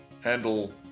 handle